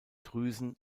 drüsen